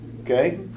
Okay